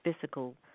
physical